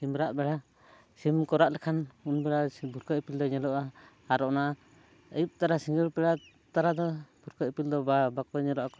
ᱥᱤᱢᱨᱟᱜ ᱵᱮᱲᱟ ᱥᱤᱢ ᱠᱚ ᱨᱟᱜ ᱞᱮᱠᱷᱟᱱ ᱩᱱ ᱵᱮᱲᱟ ᱵᱷᱩᱨᱠᱟᱹ ᱤᱯᱤᱞ ᱫᱚ ᱧᱮᱞᱚᱜᱼᱟ ᱟᱨ ᱚᱱᱟ ᱟᱹᱭᱩᱵ ᱛᱚᱨᱟ ᱥᱤᱸᱜᱟᱹᱲ ᱵᱮᱲᱟ ᱛᱟᱨᱟ ᱫᱚ ᱵᱷᱩᱨᱠᱟᱹ ᱤᱯᱤᱞ ᱫᱚ ᱵᱟᱠᱚ ᱧᱮᱞᱚᱜ ᱟᱠᱚ